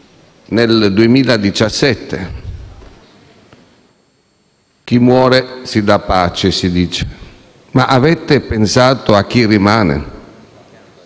nel 2017. Chi muore si dà pace, si dice; ma avete pensato a chi rimane?